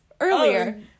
earlier